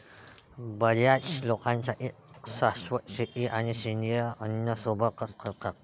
बर्याच लोकांसाठी शाश्वत शेती आणि सेंद्रिय अन्न सोबतच करतात